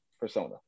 persona